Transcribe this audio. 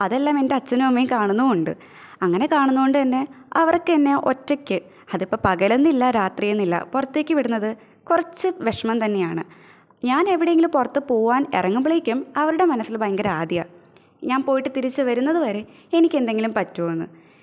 അതെല്ലാമെന്റെ അച്ഛനും അമ്മയും കാണുന്നുമുണ്ട് അങ്ങനെ കാണുന്നോണ്ടന്നെ അവര്ക്കെന്നെ ഒറ്റയ്ക്ക് അതിപ്പം പകലെന്നില്ല രാതിയെന്നില്ല പുറത്തേക്ക് വിടുന്നത് കുറച്ച് വിഷമം തന്നെയാണ് ഞാനെവിടേങ്കിലും പുറത്ത് പോവാന് എറങ്ങുമ്പളേക്കും അവരുടെ മനസ്സില് ഭയങ്കര ആദിയാ ഞാൻ പോയിട്ട് തിരിച്ച് വരുന്നത് വരെ എനിക്കെന്തെങ്കിലും പറ്റുവോന്ന്